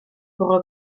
bwrw